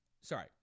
sorry